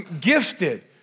gifted